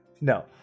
No